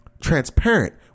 Transparent